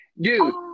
dude